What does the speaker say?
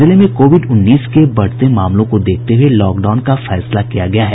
जिले में कोविड उन्नीस के बढ़ते मामलों को देखते हुए लॉकडाउन का फैसला किया गया है